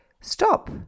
stop